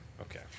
Okay